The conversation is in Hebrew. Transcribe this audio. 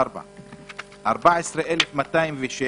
14,206,